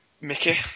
Mickey